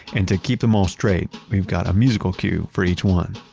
and to keep them all straight, we've got a musical cue for each one.